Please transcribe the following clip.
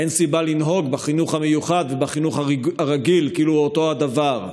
אין סיבה לנהוג בחינוך המיוחד ובחינוך הרגיל כאילו הם אותו דבר.